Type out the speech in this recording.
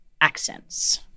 accents